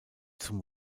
zum